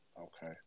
Okay